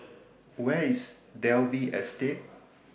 Where IS Dalvey Estate